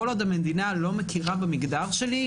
כל עוד המדינה לא מכירה במגדר שלי,